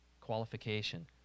qualification